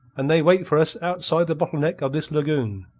and they wait for us outside the bottle-neck of this lagoon.